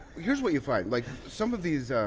here's what you find. like some of these